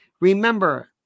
Remember